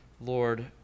Lord